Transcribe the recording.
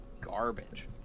garbage